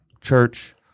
church